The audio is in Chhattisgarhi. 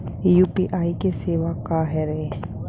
यू.पी.आई सेवा का हरे?